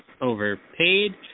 overpaid